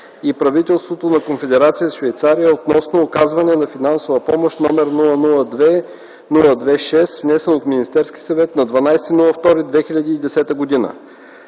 и правителството на Конфедерация Швейцария относно оказването на финансова помощ, № 002-02-6, внесен от Министерски съвет на 12 февруари